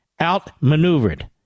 outmaneuvered